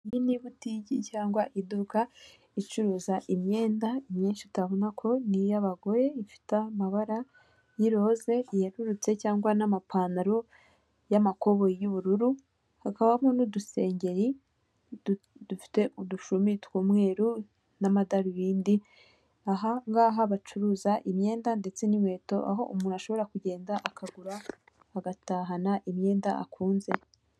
Iyi ni ibutike cyangwa iduka icuruza imyenda myinshi utabona ko ni iy'abagore ifite amabara y'iroze ryerurutse cyangwa n'amapantaro y'amakobo y'ubururu hakabamo n'udusengeri dufite udushumi tw'umweru n'amadarubindi, aha ngaha bacuruza imyenda ndetse n'inkweto aho umuntu ashobora kugenda akagura agatahana imyenda akunze.